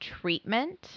treatment